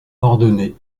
ordonné